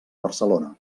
barcelona